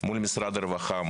מול משרד הרווחה,